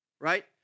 right